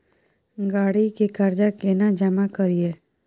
गाड़ी के कर्जा केना जमा करिए?